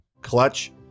Clutch